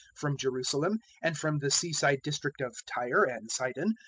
from jerusalem, and from the sea-side district of tyre and sidon,